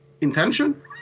intention